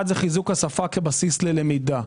אחד זה חיזוק השפה כבסיס ללמידה.